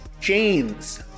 James